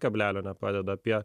kablelio nepadeda apie